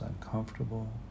uncomfortable